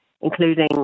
including